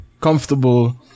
comfortable